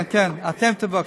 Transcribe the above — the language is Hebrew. כן, אתם תבקשו.